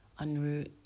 unroot